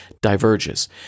diverges